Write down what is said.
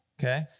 Okay